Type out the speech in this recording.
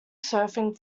surfing